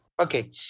Okay